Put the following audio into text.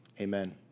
Amen